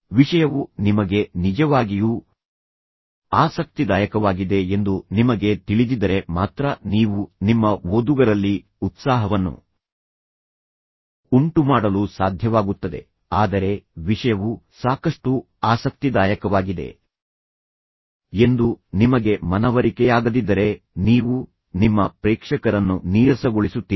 ವಿಷಯವು ನಿಮಗೆ ನಿಜವಾಗಿಯೂ ಆಸಕ್ತಿದಾಯಕವಾಗಿದೆ ಎಂದು ನಿಮಗೆ ತಿಳಿದಿದ್ದರೆ ಮಾತ್ರ ನೀವು ನಿಮ್ಮ ಓದುಗರಲ್ಲಿ ಉತ್ಸಾಹವನ್ನು ಉಂಟುಮಾಡಲು ಸಾಧ್ಯವಾಗುತ್ತದೆ ಆದರೆ ವಿಷಯವು ಸಾಕಷ್ಟು ಆಸಕ್ತಿದಾಯಕವಾಗಿದೆ ಎಂದು ನಿಮಗೆ ಮನವರಿಕೆಯಾಗದಿದ್ದರೆ ನೀವು ನಿಮ್ಮ ಪ್ರೇಕ್ಷಕರನ್ನು ನೀರಸಗೊಳಿಸುತ್ತೀರಿ